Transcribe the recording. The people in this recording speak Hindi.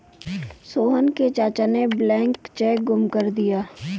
सोहन के चाचा ने ब्लैंक चेक गुम कर दिया